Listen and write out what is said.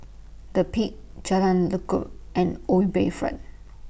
The Peak Jalan Lekub and O U Bayfront